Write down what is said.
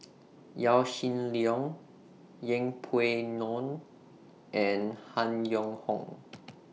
Yaw Shin Leong Yeng Pway Ngon and Han Yong Hong